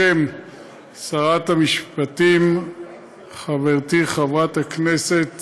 בשם שרת המשפטים חברתי חברת הכנסת